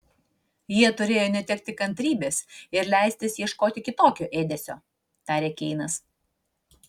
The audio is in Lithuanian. jie turėjo netekti kantrybės ir leistis ieškoti kitokio ėdesio tarė keinas